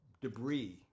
debris